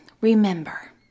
Remember